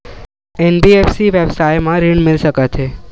NBFC व्यवसाय मा ऋण मिल सकत हे